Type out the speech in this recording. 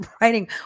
writing